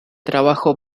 trabajo